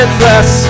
bless